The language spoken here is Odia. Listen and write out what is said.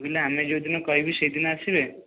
ବୋଇଲେ ଆମେ ଯେଉଁଦିନ କହିବୁ ସେଇଦିନ ଆସିବେ